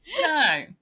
No